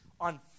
on